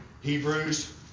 Hebrews